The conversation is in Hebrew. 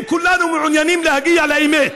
אם כולנו מעוניינים להגיע לאמת,